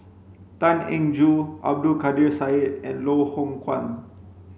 Tan Eng Joo Abdul Kadir Syed and Loh Hoong Kwan